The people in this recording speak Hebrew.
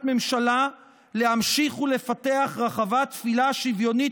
ממשלה להמשיך ולפתח רחבת תפילה שוויונית,